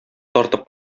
тартып